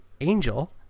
angel